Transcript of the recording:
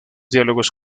diálogos